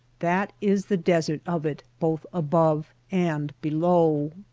that is the desert of it both above and below.